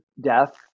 death